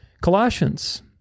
Colossians